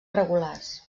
regulars